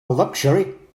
luxury